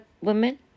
women